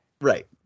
Right